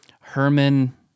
Herman